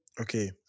Okay